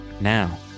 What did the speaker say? Now